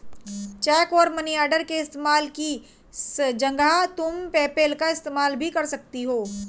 check और money order के इस्तेमाल की जगह तुम पेपैल का इस्तेमाल भी कर सकती हो